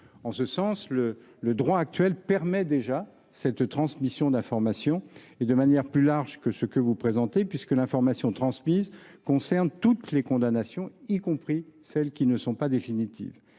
En ce sens, le droit actuel permet déjà cette transmission d’information, et de manière plus large que ce que vous proposez, puisque l’information transmise concerne toutes les condamnations, y compris celles qui ne sont pas définitives.